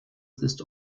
ist